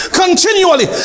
continually